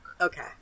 Okay